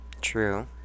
True